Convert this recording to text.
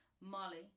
Molly